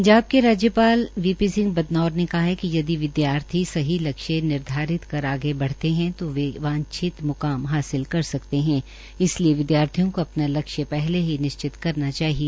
पंजाब के राज्यपाल B P Singh Badnore ने कहा है कि यदि विदयार्थी सही लक्ष्य निर्धारित कर आगे बढ़ते है तो वे वांछित मुकाम हासिल कर सकते है इसलिए विदयार्थियों को अपना लक्ष्य पहले ही निश्चित करना चाहिए